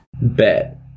Bet